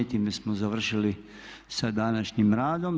Time smo završili sa današnjim radom.